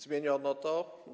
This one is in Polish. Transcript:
Zmieniono to.